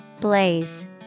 Blaze